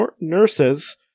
nurses